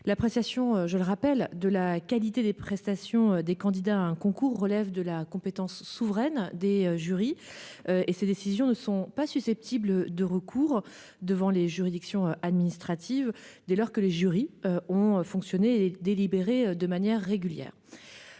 l'appréciation, je le rappelle de la qualité des prestations des candidats à un concours relève de la compétence souveraine des jurys. Et ces décisions ne sont pas susceptibles de recours devant les juridictions administratives dès lors que les jurys ont fonctionné et délibérée de manière régulière.